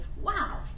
Wow